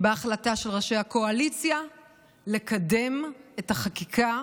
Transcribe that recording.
בהחלטה של ראשי הקואליציה לקדם את החקיקה,